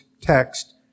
text